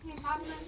need pass meh